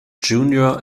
junior